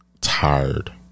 tired